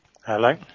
Hello